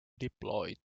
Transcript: deployed